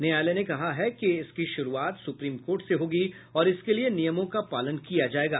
न्यायालय ने कहा है कि इसकी शुरूआत सुप्रीम कोर्ट से होगी और इसके लिये नियमों का पालन किया जायेगा